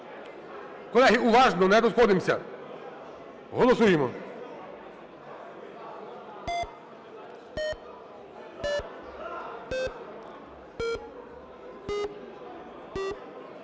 Колеги, уважно, не розходимося. Голосуємо.